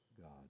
God